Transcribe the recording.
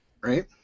Right